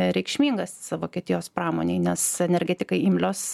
reikšmingas vokietijos pramonei nes energetikai imlios